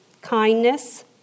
kindness